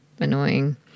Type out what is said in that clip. annoying